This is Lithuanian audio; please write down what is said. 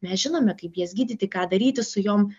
mes žinome kaip jas gydyti ką daryti su jom